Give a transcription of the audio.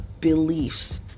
beliefs